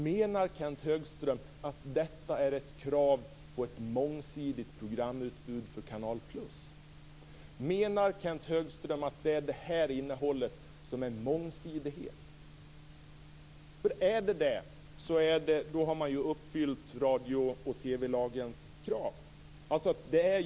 Menar Kenth Högström att detta är ett krav på ett mångsidigt programutbud för Canal +? Menar Kenth Högström att det är det innehållet som är mångsidighet? Om det är så, har man uppfyllt kraven i radio och TV-lagen.